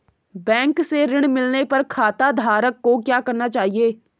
Bank से ऋण मिलने पर खाताधारक को क्या करना चाहिए?